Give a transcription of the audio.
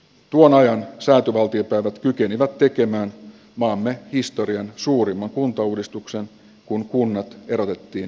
tuon ajan säätyvaltiopäivät kykenevät tekemään maamme historian suurimman kuntauudistuksen kun kunnat erotettiin